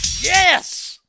Yes